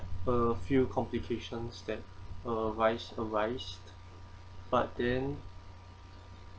a few complications that uh vice advised but then